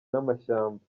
n’amashyamba